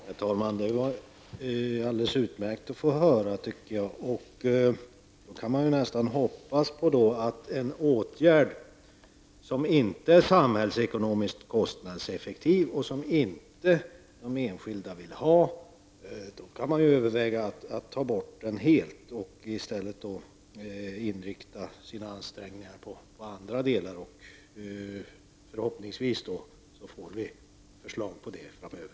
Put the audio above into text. Herr talman! Det var alldeles utmärkt att få höra det. En åtgärd som inte är samhällsekonomiskt kostnadseffektiv och som de enskilda inte vill ha kan man väl nästan överväga att ta bort helt för att i stället inrikta ansträngningarna på annat. Förhoppningsvis får vi förslag om detta framöver.